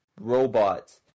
robots